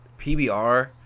PBR